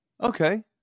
Okay